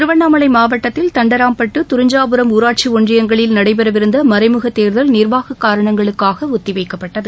திருவண்ணாமலை மாவட்டத்தில் தண்டராம்பட்டு தறிஞ்சாபுரம் ஊராட்சி ஒன்றியங்களில் நடைபெறவிருந்த மறைமுக தேர்தல் நிர்வாக காரணங்களுக்காக ஒத்திவைக்கப்பட்டுள்ளது